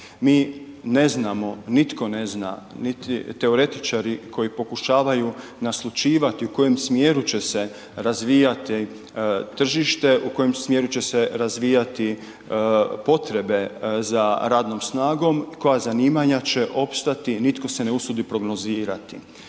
Mi ne znamo, nitko ne zna niti teoretičari koji pokušavaju naslućivati u kojem smjeru će se razvijati tržište u kojem smjeru će se razvijati potrebe za radnom snagom, koja zanimanja će opstati nitko se ne usudi prognozirati